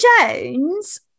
Jones